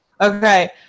okay